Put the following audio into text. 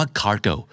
cargo